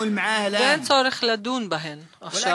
ואין צורך לדון בהן עכשיו,